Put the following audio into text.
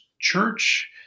church